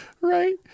Right